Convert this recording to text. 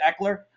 Eckler